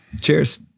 cheers